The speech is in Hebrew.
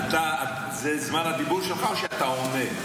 זה זמן הדיבור שלך, או שאתה עונה?